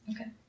Okay